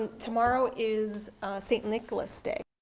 tomorrow is saint nicholas' day,